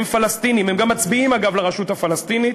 הם פלסטינים.